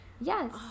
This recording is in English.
yes